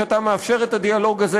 שאתה מאפשר את הדיאלוג הזה,